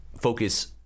focus